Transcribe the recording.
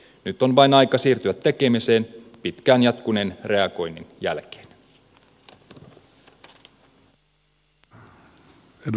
nyt on vain aika siirtyä tekemiseen pitkään jatkuneen reagoinnin jälkeen